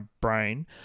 brain